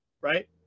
Right